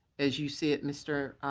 as you said, mr.